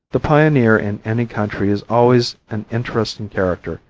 the pioneer in any country is always an interesting character,